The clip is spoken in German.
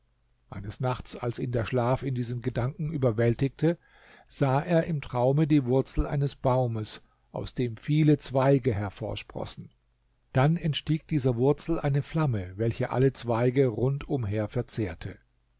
eines nachts als ihn der schlaf in diesen gedanken überwältigte sah er im traume die wurzel eines baumes aus dem viele zweige hervorsprossen dann entstieg dieser wurzel eine flamme welche alle zweige rund umher verzehrte